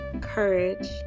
courage